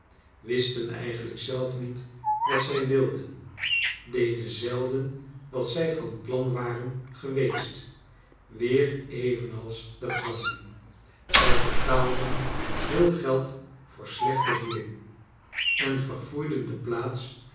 wisten eigenlijk zelf niet wat zij wilden deden zelden wat zij van plan waren geweest weer evenals de gevangenen zij betaalden veel geld voor slechte voeding en verfoeiden de plaats